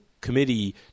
committee